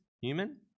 human